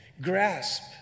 grasp